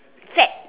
fat